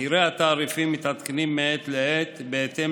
מחירי התעריפים מתעדכנים מעת לעת בהתאם